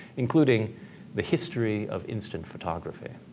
including the history of instant photography.